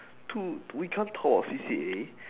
dude we can't talk about C_C_A